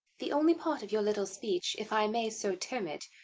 the only part of your little speech, if i may so term it,